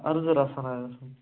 عرضہٕ رَژھانا ٲسٕم